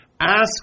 ask